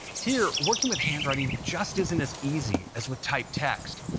here, working with handwriting just isn't as easy as with typed text.